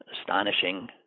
astonishing